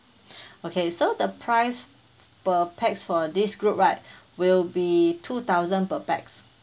okay so the price per pax for this group right will be two thousand per pax